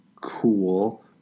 cool